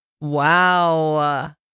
Wow